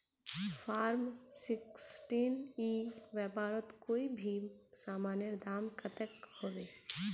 Form sixteen ई व्यापारोत कोई भी सामानेर दाम कतेक होबे?